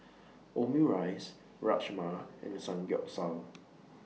Omurice Rajma and Samgyeopsal